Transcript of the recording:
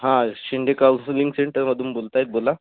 हा शिंदे काउंसलिंग सेंटरमधून बोलतायत बोला